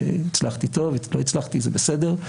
הצלחתי טוב; לא הצלחתי, זה בסדר,